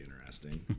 interesting